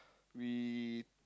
we